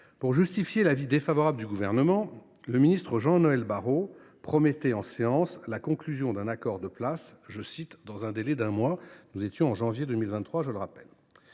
Pour justifier l’avis défavorable du Gouvernement, le ministre Jean Noël Barrot promettait en séance la conclusion d’un accord de place « dans un délai d’un mois ». Nous étions, je le rappelle,